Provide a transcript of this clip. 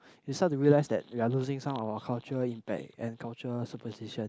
they start to realise that we are losing some of our cultural impact and cultural superstition